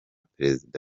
perezida